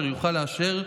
ואשר יוכל לאשר,